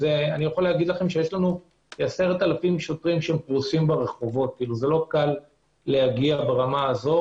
יש לנו כ-10,000 שוטרים שפרוסים ברחובות לא קל להגיע ברמה הזאת,